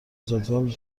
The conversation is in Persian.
جدول